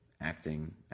acting